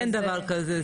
אין דבר כזה.